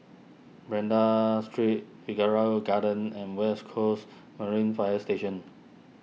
Banda Street Figaro Gardens and West Coast Marine Fire Station